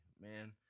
man